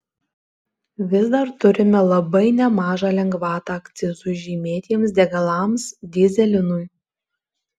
vis dar turime labai nemažą lengvatą akcizui žymėtiems degalams dyzelinui